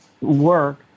work